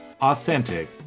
authentic